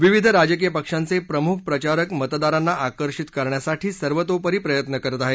विविध राजकीय पक्षांचे प्रमुख प्रचारक मतदारांना आकषिंत करण्यासाठी सर्वतोपरी प्रयत्न करत आहेत